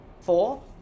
four